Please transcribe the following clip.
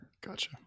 Gotcha